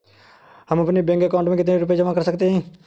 हम अपने bank account में कितने रुपये जमा कर सकते हैं?